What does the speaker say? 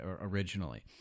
originally